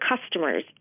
customers